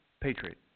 Patriot